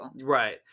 Right